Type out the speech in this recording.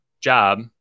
job